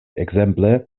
ekzemple